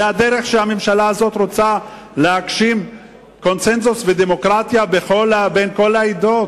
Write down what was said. זאת הדרך שבה הממשלה הזאת רוצה להגשים קונסנזוס ודמוקרטיה בין כל העדות